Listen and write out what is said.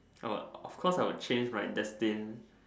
uh of course I will change right destine~